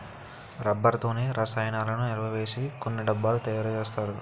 rubber తోనే రసాయనాలను నిలవసేసి కొన్ని డబ్బాలు తయారు చేస్తారు